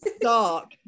dark